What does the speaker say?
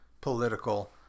political